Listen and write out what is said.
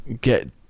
Get